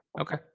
Okay